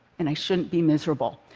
and i shouldn't be miserable.